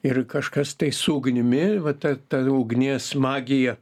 ir kažkas tai su ugnimi va ta ta ugnies magija